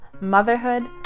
motherhood